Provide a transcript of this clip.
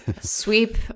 sweep